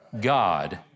God